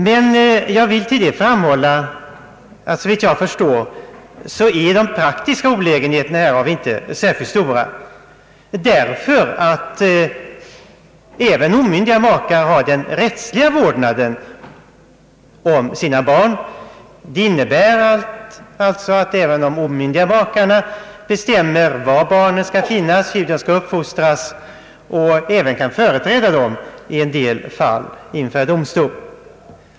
Men såvitt jag förstår är de praktiska olägenheterna härav inte särskilt stora, därför att även omyndiga makar har den rättsliga vårdnaden om sina barn. Det innebär alltså att även de omyndiga makarna bestämmer var barnet skall finnas och hur det skall uppfostras. De kan även företräda barnet i en del fall inför domstol.